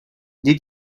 did